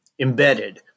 embedded